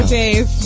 dave